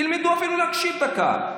תלמדו אפילו להקשיב דקה.